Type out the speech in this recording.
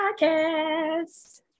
podcast